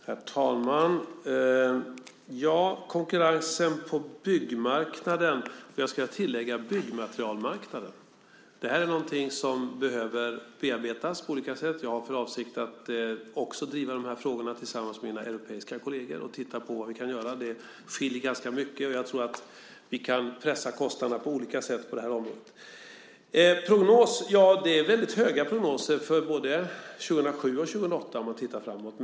Herr talman! Konkurrensen på byggmarknaden och byggmaterialmarknaden är någonting som behöver bearbetas på olika sätt. Jag har för avsikt att också driva de frågorna tillsammans med europeiska kolleger och titta på vad vi kan göra. Det skiljer ganska mycket. Jag tror att vi kan pressa kostnaderna på olika sätt på området. Det finns väldigt höga prognoser för både år 2007 och 2008 om man tittar framåt.